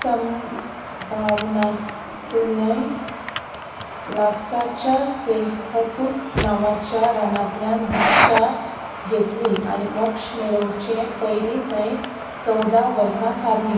संभावनातूनय लागसारच्या सेहतूक नांवाच्या रानांतल्यान दिक्षा घेतली आनी मोक्ष मेळोवचे पयलीं थंय चवदा वर्सां सारलीं